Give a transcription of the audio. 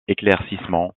éclaircissements